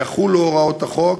יחולו הוראות החוק